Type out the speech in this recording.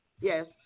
Yes